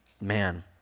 man